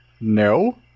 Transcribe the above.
No